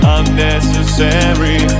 unnecessary